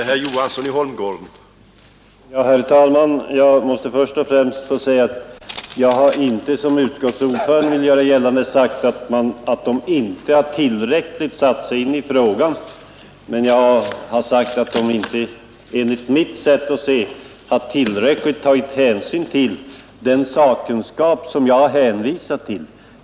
Herr talman! Jag måste först och främst få säga att jag inte, som utskottets ordförande vill göra gällande, har sagt att utskottet inte tillräckligt har satt sig in i frågan. Men jag har anfört att utskottet, enligt mitt sätt att se, inte har tagit tillräcklig hänsyn till den sakkunskap som jag har hänvisat till.